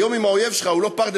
היום אם האויב שלך הוא לא פרטנר,